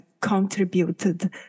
contributed